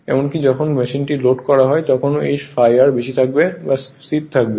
এমনকি যখন মেশিনটি লোড করা হয় তখনও এই ∅r বেশি থাকবে বা স্থির থাকবে